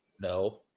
No